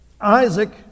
Isaac